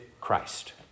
Christ